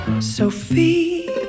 Sophie